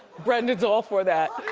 brenda's all for that.